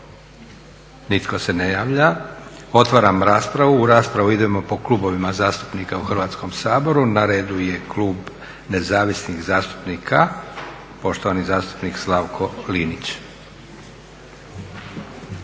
Nitko se ne javlja. Otvaram raspravu. U raspravu idemo po klubovima zastupnika u Hrvatskom saboru. Na redu je klub Nezavisnih zastupnika, poštovani zastupnik Slavko Linić.